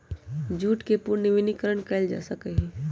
jute के पुनर्नवीनीकरण कइल जा सका हई